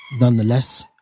nonetheless